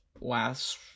last